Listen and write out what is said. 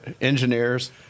engineers